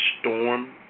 storm